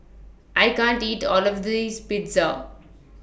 I can't eat All of This Pizza